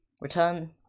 return